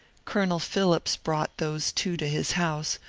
colonel phillips brought those two to his house,